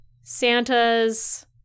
Santa's